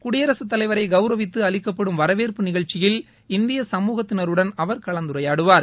குடியரசுத்தலைவரை கவுரவித்து அளிக்கப்படும் வரவேற்பு நிகழ்ச்சியில் இந்திய சமூகத்தினருடன் அவர் கலந்துரையாடுவார